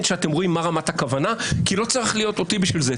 כשאתם רואים מה רמת הכוונה כי לא צריך אותי בשביל זה.